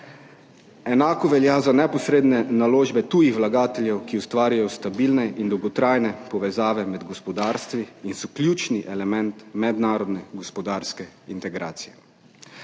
Enako velja za neposredne naložbe tujih vlagateljev, ki ustvarjajo stabilne in dolgotrajne povezave med gospodarstvi in so ključni element mednarodne gospodarske integracije.